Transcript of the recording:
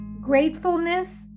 gratefulness